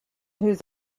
whose